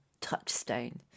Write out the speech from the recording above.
touchstone